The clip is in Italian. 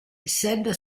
essendo